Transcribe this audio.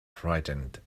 frightened